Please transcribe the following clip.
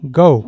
go